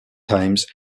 times